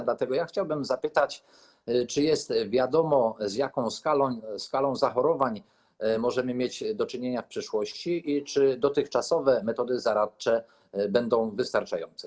Dlatego chciałbym zapytać, czy jest wiadomo, z jaką skalą zachorowań możemy mieć do czynienia w przyszłości i czy dotychczasowe metody zaradcze będą wystarczające.